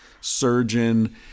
surgeon